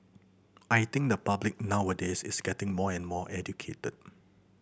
I think the public nowadays is getting more and more educate